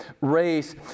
race